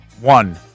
one